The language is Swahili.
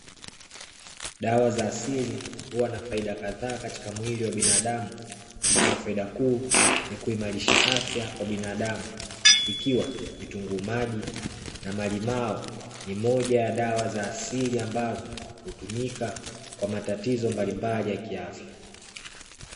Dawa za asili huwa na faida kadhaa katika mwili wa binadamu. Ikiwa faida kuu ni kuimarisha afya kwa binadamu, ikiwa vitunguu maji na malimao ni moja ya dawa za asili ambazo hutumika kwa matatizo mbalimbali ya kiafya.